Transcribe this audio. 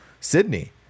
Sydney